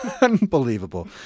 Unbelievable